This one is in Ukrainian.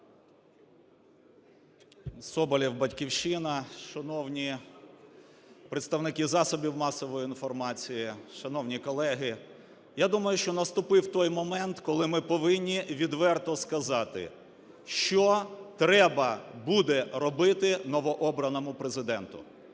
Соболєв, "Батьківщина". Шановні представники засобів масової інформації, шановні колеги! Я думаю, що наступив той момент, коли ми повинні відверто сказати, що треба буде робити новообраному Президенту